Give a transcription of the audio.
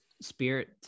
spirit